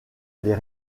les